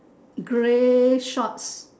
grey shorts